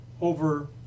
over